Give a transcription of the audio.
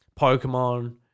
Pokemon